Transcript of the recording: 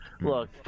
Look